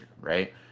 right